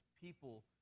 people